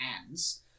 hands